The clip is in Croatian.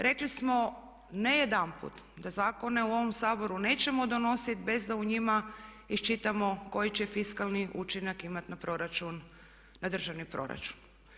Rekli smo, ne jedanput da zakone u ovom Saboru nećemo donositi bez da u njima iščitamo koji će fiskalni učinak imati na proračun, na državni proračun.